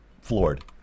floored